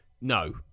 no